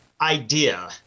idea